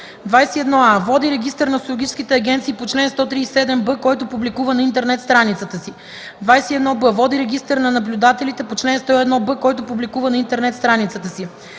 „21а. води регистър на социологическите агенции по чл. 137б, който публикува на интернет страницата си; 21б. води регистър на наблюдателите по чл. 101б, който публикува на интернет страницата си;”